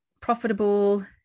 profitable